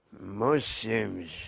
Muslims